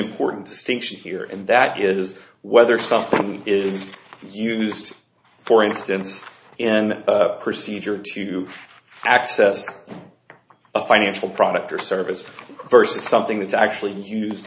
important distinction here and that is whether something is used for instance in procedure to access a financial product or service versus something that's actually used